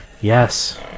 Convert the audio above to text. Yes